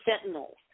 sentinels